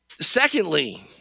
Secondly